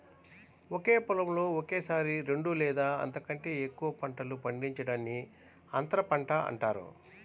ఒకే పొలంలో ఒకేసారి రెండు లేదా అంతకంటే ఎక్కువ పంటలు పండించడాన్ని అంతర పంట అంటారు